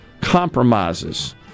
compromises